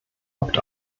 opt